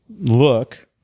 look